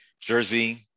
jersey